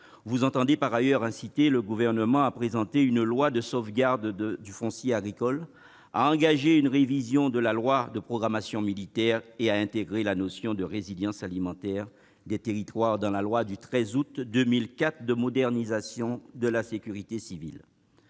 Ils entendent, par ailleurs, inciter le Gouvernement à présenter un projet de loi de sauvegarde du foncier agricole, à engager une révision de la loi de programmation militaire et à intégrer la notion de résilience alimentaire des territoires dans la loi du 13 août 2004 de modernisation de la sécurité civile.